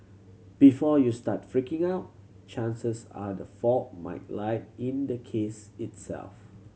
before you start freaking out chances are the fault might lie in the case itself